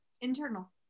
Internal